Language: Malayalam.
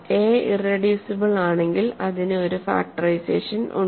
എ ഇറെഡ്യൂസിബിൾ ആണെങ്കിൽ അതിനു ഒരു ഫാക്ടറൈസേഷൻ ഉണ്ട്